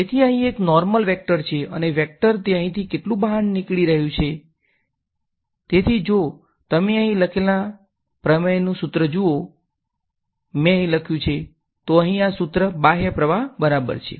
તેથી અહીં એક નોર્મલ વેક્ટર છે અને વેક્ટર તે અહીંથી કેટલું બહાર નીકળી રહ્યું છે તેથી જો તમે અહીં લખેલા પ્રમેયની સુત્ર જુઓ જ મે અહીં લખ્યુ છે તો અહીં આ સુત્ર બાહ્ય પ્રવાહ બરાબર છે